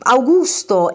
Augusto